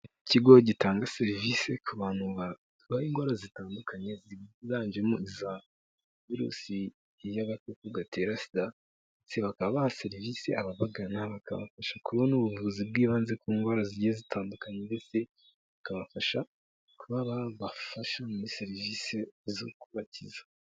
Ikigo gitanga serivisi ku bantu barwaye indwara zitandukanye ziganjemo iza virusi y'agakoko gatera Sida, bakaba baha serivisi ababagana bakabafasha kubona ubuvuzi bw'ibanze ku ndwara zigiye zitandukanye ndetse bikabafasha kuba babafasha muri serivisi zo kubakiza.